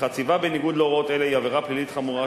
וחציבה בניגוד להוראות אלה היא עברה פלילית חמורה,